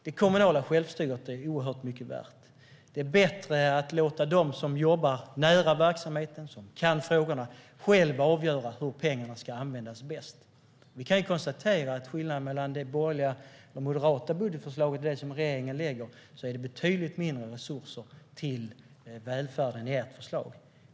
Det kommunala självstyret är oerhört mycket värt. Det är bättre att låta dem som jobbar nära verksamheten och som kan frågorna själva avgöra hur pengarna ska användas bäst. Vi kan konstatera att skillnaden mellan det borgerliga och moderata budgetförslaget och det som regeringen lägger fram är att det finns betydligt mindre resurser till välfärden i ert förslag.